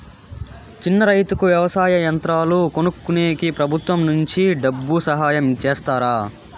చిన్న రైతుకు వ్యవసాయ యంత్రాలు కొనుక్కునేకి ప్రభుత్వం నుంచి డబ్బు సహాయం చేస్తారా?